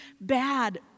bad